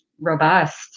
robust